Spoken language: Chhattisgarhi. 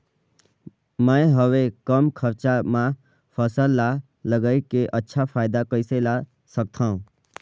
मैं हवे कम खरचा मा फसल ला लगई के अच्छा फायदा कइसे ला सकथव?